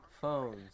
Phones